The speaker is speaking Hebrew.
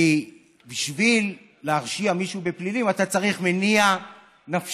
כי בשביל להרשיע מישהו בפלילים אתה צריך מניע נפשי.